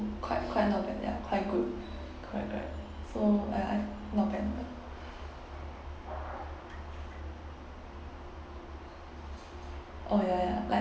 quite quite not bad ya quite good correct correct so I I not bad not bad oh ya ya like